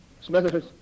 Smithers